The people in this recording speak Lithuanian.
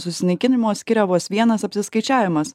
susinaikinimo skiria vos vienas apsiskaičiavimas